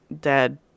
dead